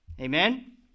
Amen